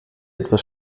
etwas